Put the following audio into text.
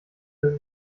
dass